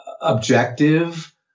objective